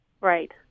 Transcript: Right